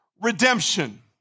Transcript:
redemption